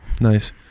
Nice